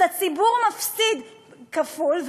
אז הציבור מפסיד כפול,